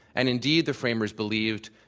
and indeed, the framers believed,